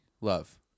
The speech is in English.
Love